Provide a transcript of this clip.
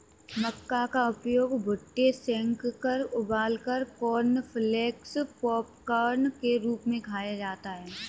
मक्का का उपयोग भुट्टे सेंककर उबालकर कॉर्नफलेक्स पॉपकार्न के रूप में खाया जाता है